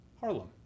Harlem